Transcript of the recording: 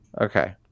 Okay